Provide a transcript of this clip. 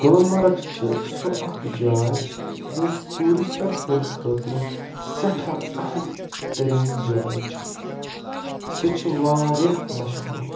گُلمرگ چھِ سُہ اَکھ جاے یُس ٹوٗرِسٹَن ہٕنٛدۍ خٲطرٕ سٮ۪ٹھاہ اہم تریٖن جاے چھِ سُہ چھِ واریاہ مشہوٗر